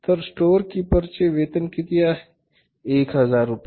तर स्टोअर किपरचे वेतन किती आहे एक हजार रुपये